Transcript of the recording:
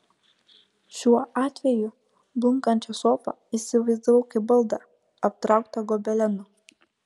šiuo atveju blunkančią sofą įsivaizdavau kaip baldą aptrauktą gobelenu